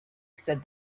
said